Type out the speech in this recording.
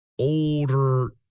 older